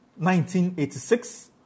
1986